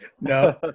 No